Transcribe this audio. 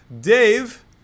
Dave